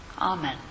Amen